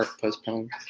postponed